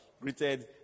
greeted